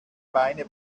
beine